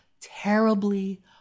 terribly